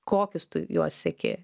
kokius tu juos seki